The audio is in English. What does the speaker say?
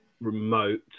remote